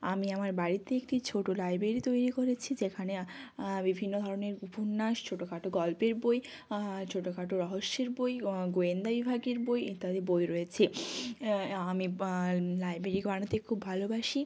আমি আমার বাড়িতে একটি ছোটো লাইব্রেরি তৈরি করেছি যেখানে বিভিন্ন ধরনের উপন্যাস ছোটোখাটো গল্পের বই ছোটোখাটো রহস্যের বই গোয়েন্দা বিভাগের বই ইত্যাদি বই রয়েছে আমি লাইব্রেরি করানোতে খুব ভালোবাসি